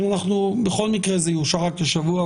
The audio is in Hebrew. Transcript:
יש לי חדשות בשבילכם,